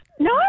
No